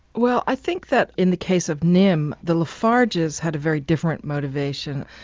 well i think that in the case of nim, the lafages had a very different motivation.